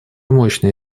мощная